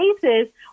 cases